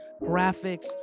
graphics